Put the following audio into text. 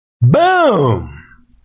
Boom